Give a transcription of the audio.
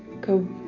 go